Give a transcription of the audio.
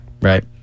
right